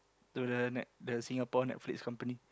to the net the Singapore Netflix company